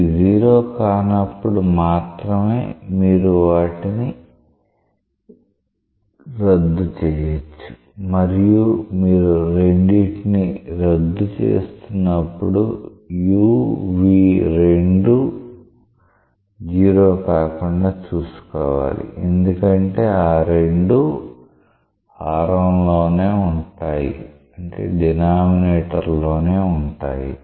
ఇవి 0 కానప్పుడు మాత్రమే మీరు వాటిని రద్దు చెయ్యొచ్చు మరియు మీరు రెండిటిని రద్దు చేస్తున్నప్పుడు u v రెండూ 0 కాకుండా చూసుకోవాలి ఎందుకంటే ఆ రెండూ హారం లోనే ఉంటాయి